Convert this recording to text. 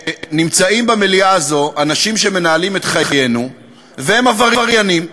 שנמצאים במליאה הזאת אנשים שמנהלים את חיינו והם עבריינים,